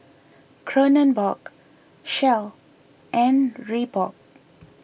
Kronenbourg Shell and Reebok